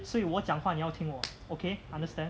所以我讲话你要听我 okay understand